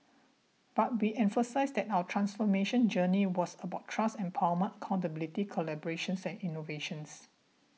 but we emphasised that our transformation journey was about trust empowerment accountability collaborations and innovations